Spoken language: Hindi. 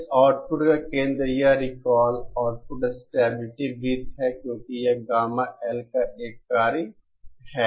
इस आउटपुट का केंद्र यह रिकॉल आउटपुट स्टेबिलिटी वृत्त है क्योंकि यह गामा L का एक कार्य है